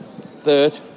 third